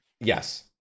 Yes